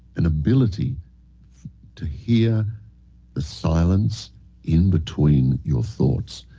an ability to hear the silence in between your thoughts.